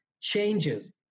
changes